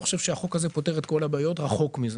ואני לא חושב שהחוק הזה פותר את כל הבעיות רחוק מזה.